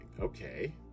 Okay